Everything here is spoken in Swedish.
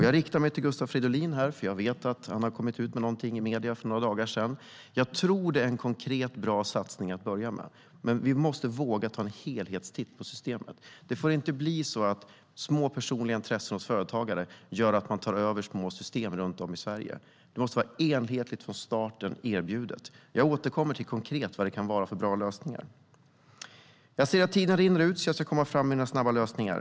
Jag riktar mig här till Gustav Fridolin, för jag vet att han för några dagar kom ut med något i medierna. Jag tror att det är en konkret, bra satsning att börja med. Men vi måste våga ta en helhetstitt på systemet. Det får inte bli så att små, personliga intressen hos företagare gör att man tar över små system runt om i Sverige. Det måste vara enhetligt från starten. Jag återkommer till vilka lösningar det kan vara konkret. Jag ser att tiden rinner, så jag ska komma med några snabba lösningar.